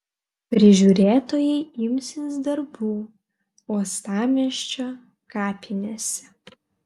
prižiūrėtojai imsis darbų uostamiesčio kapinėse